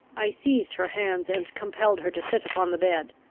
i seized her hands, and compelled her to sit upon the bed.